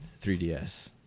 3DS